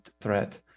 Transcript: threat